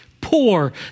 poor